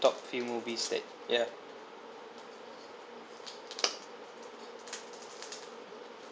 top few movies that ya